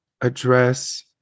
address